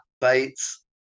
Bates